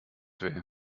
weh